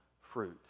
fruit